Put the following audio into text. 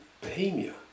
Bohemia